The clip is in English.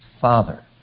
Father